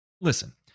Listen